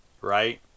right